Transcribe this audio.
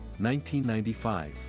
1995